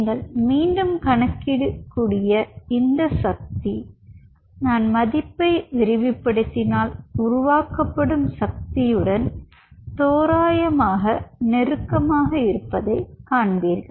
நீங்கள் மீண்டும் கணக்கிடக்கூடிய இந்த சக்தி நான் மதிப்பை விரிவுபடுத்தினால் உருவாக்கப்படும் சக்தியுடன் தோராயமாக நெருக்கமாக இருப்பதைக் காண்பீர்கள்